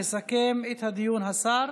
יסכם את הדיון השר